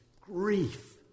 grief